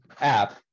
app